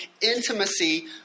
intimacy